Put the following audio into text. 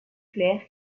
claire